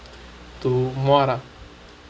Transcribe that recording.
to muar lah